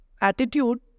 attitude